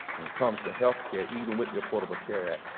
when it comes to healthcare, even with the affordable care yeah